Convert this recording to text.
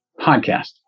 podcast